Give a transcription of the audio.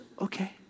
okay